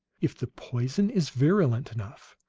if the poison is virulent enough,